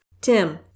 Tim